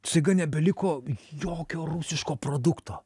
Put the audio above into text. staiga nebeliko jokio rusiško produkto